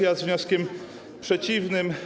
Ja z wnioskiem przeciwnym.